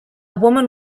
woman